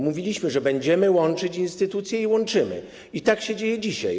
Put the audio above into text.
Mówiliśmy, że będziemy łączyć instytucje, i łączymy, i tak się dzieje dzisiaj.